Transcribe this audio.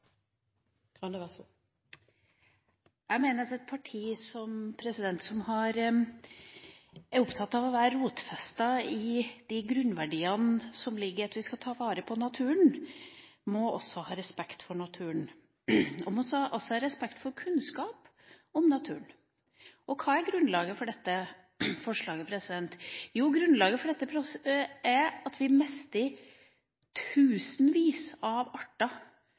Folkeparti. Jeg mener at et parti som er opptatt av å være rotfestet i de grunnverdiene som ligger i at vi skal ta vare på naturen, også må ha respekt for naturen. En må også ha respekt for kunnskap om naturen. Hva er grunnlaget for dette forslaget? Jo, grunnlaget for dette er at vi mister tusenvis av arter